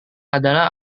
adalah